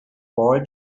boy